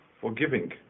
forgiving